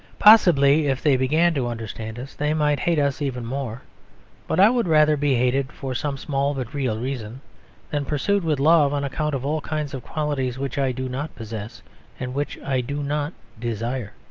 possibly if they began to understand us they might hate us even more but i would rather be hated for some small but real reason than pursued with love on account of all kinds of qualities which i do not possess and which i do not desire.